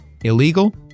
illegal